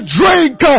drink